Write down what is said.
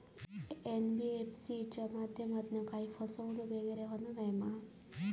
NBFC च्या माध्यमातून काही फसवणूक वगैरे होना नाय मा?